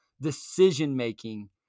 decision-making